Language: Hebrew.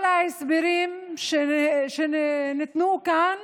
כל ההסברים שניתנו כאן